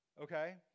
okay